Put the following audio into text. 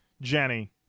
Jenny